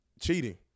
Cheating